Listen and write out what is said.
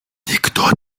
никто